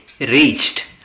reached